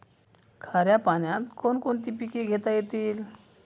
खाऱ्या पाण्यात कोण कोणती पिके घेता येतील?